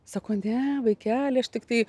sako ne vaikeli aš tiktai